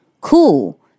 cool